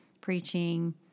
preaching